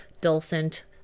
dulcet